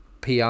PR